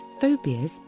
phobias